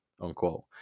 unquote